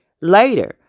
Later